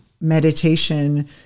meditation